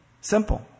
Simple